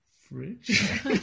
Fridge